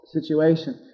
situation